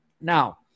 Now